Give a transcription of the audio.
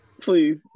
Please